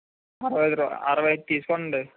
అరవై రు అరవై ఐదు తీసుకోండి